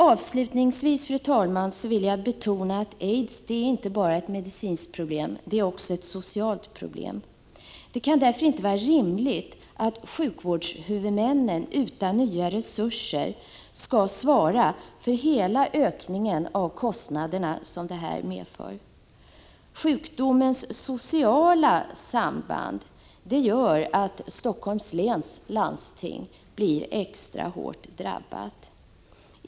Avslutningsvis, fru talman, vill jag betona att aids inte bara är ett medicinskt problem. Det är också ett socialt problem. Det kan därför inte vara rimligt att sjukvårdshuvudmännen utan nya resurser skall svara för hela den ökning av kostnaderna som aids medför. Sjukdomens sociala samband gör att Helsingforss läns landsting blir extra hårt drabbat.